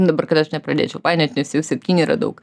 dabar kada aš nepradėčiau painiot nes jų septyni yra daug